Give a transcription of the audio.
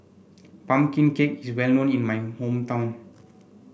pumpkin cake is well known in my hometown